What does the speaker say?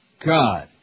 God